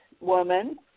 woman